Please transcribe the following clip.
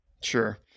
Sure